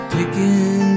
Taking